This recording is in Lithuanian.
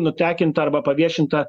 nutekinta arba paviešinta